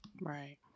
right